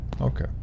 Okay